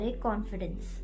confidence